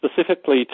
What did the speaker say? specifically